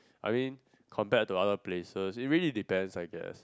I mean compare to other places maybe it depend I guess